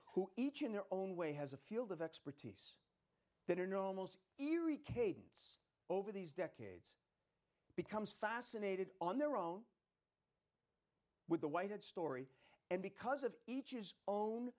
who each in their own way has a field of expertise that are no most eerie cadence over these decades becomes fascinated on their own with the whited story and because of each his own